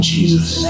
Jesus